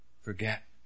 forget